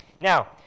Now